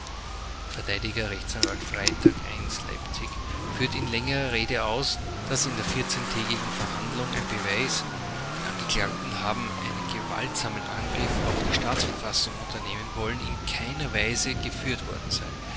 i leipzig führte in längerer rede aus daß in der vierzehntägigen verhandlung ein beweis die angeklagten haben einen gewaltsamen angriff auf die staatsverfassung unternehmen wollen in keiner weise geführt worden sei